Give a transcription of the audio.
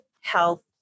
health